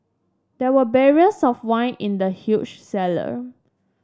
there were barrels of wine in the huge cellar